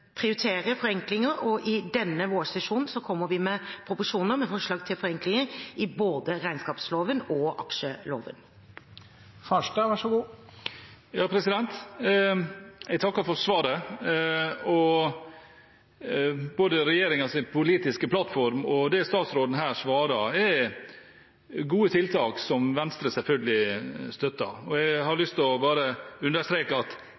prioritere forenklinger, og i denne vårsesjonen kommer vi med proposisjoner med forslag til forenklinger i både regnskapsloven og aksjeloven. Jeg takker for svaret. Både regjeringens politiske plattform og det statsråden her svarer, er gode tiltak som Venstre selvfølgelig støtter. Jeg har lyst til bare å understreke at